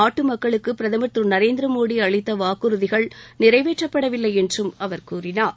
நாட்டு மக்களுக்கு பிரதமர் திரு நரேந்திர மோடி அளித்த வாக்குறுதிகள் நிறைவேற்றப்படவில்லை என்றும் அவர் கூறினார்